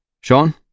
Sean